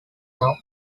now